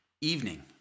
evening